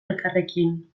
elkarrekin